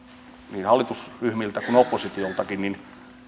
niin hallitusryhmiltä kuin oppositioltakin